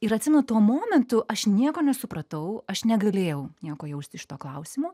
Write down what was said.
ir atsimenu tuo momentu aš nieko nesupratau aš negalėjau nieko jausti šituo klausimu